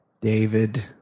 David